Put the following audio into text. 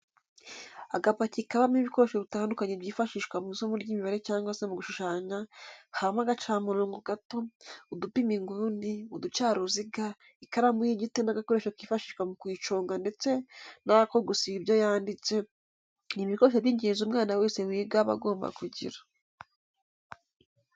Agapaki kabamo ibikoresho bitandukanye byifashishwa mu isomo ry'imibare cyangwa se mu gushushanya, habamo agacamurongo gato, udupima inguni, uducaruziga, ikaramu y'igiti n'agakoresho kifashishwa mu kuyiconga ndetse n'ako gusiba ibyo yanditse, ni ibikoresho by'ingenzi umwana wese wiga aba agomba kugira.